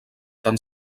tan